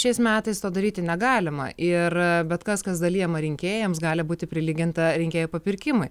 šiais metais to daryti negalima ir bet kas kas dalijama rinkėjams gali būti prilyginta rinkėjų papirkimui